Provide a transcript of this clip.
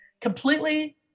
completely